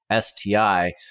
STI